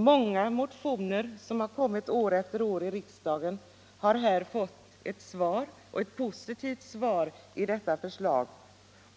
Många motioner, som återkommit år efter år i riksdagen, har i detta förslag fått ett positivt svar, varför man